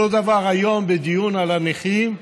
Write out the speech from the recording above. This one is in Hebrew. אותו הדבר היום בדיון על הנכים,